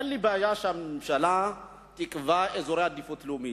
אין לי בעיה שהממשלה תקבע אזורי עדיפות לאומית,